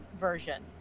version